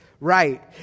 Right